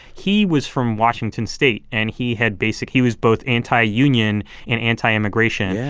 he was from washington state. and he had basic he was both anti-union and anti-immigration. yeah